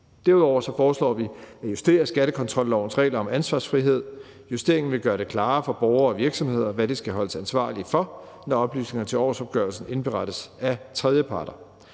Derudover foreslår vi at justere skattekontrollovens regler om ansvarsfrihed. Justeringen vil gøre det klarere for borgere og virksomheder, hvad de skal holdes ansvarlige for, når oplysninger til årsopgørelsen indberettes af tredjeparter.